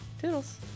toodles